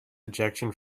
ejection